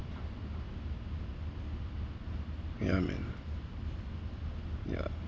ya man ya